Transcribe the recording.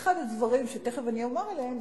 אחד הדברים שאני תיכף אומר עליהם,